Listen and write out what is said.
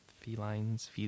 felines